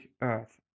earth